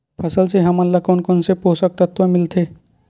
फसल से हमन ला कोन कोन से पोषक तत्व मिलथे?